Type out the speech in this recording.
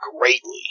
greatly